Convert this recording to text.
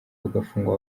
bagafungwa